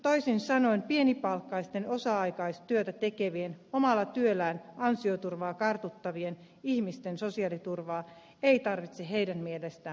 toisin sanoen pienipalkkaisten osa aikatyötä tekevien omalla työllään ansioturvaa kartuttavien ihmisten sosiaaliturvaa ei tarvitse heidän mielestään parantaa